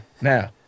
Now